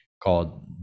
called